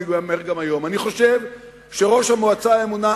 ואני אומר גם היום: אני חושב שראש המועצה הממונה,